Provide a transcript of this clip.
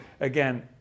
again